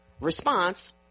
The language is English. response